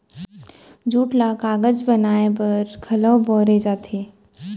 jute ल कागज बनाए बर घलौक बउरे जाथे